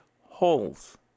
holes